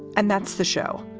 and that's the show.